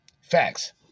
Facts